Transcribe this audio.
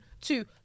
two